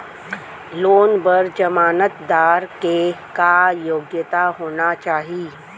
Loan बर जमानतदार के का योग्यता होना चाही?